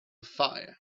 fire